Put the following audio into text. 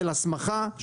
של הסמכה,